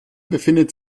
befindet